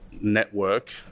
network